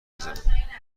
بزنم